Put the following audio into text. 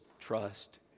trust